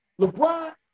LeBron